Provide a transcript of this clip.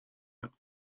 that